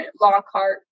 Lockhart